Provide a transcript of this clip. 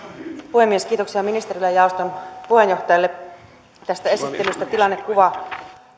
puhemies kiitoksia ministerille ja jaoston puheenjohtajalle tästä esittelystä tilannekuva